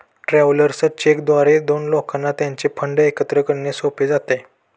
travellers cheque द्वारे दोन लोकांना त्यांचे फंड एकत्र करणे सोपे जाते